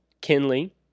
Kinley